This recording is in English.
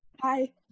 Hi